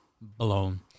blown